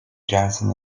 johnson